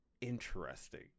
interesting